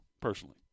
personally